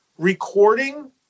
recording